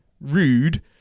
rude